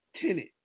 tenant